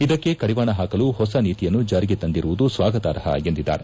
ಇದಕ್ಕೆ ಕಡಿವಾಣ ಪಾಕಲು ಹೊಸ ನೀತಿಯನ್ನು ಜಾರಿಗೆ ತಂದಿರುವುದು ಸ್ವಾಗತಾರ್ಪ ಎಂದಿದ್ದಾರೆ